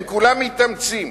הם כולם מתאמצים,